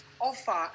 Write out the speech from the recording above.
offer